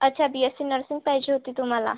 अच्छा B S C nursing पाहिजे होती तुम्हाला